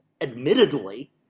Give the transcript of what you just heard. admittedly